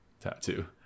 tattoo